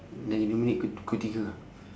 dah lima minit kul kul tiga